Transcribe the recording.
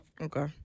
Okay